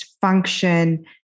function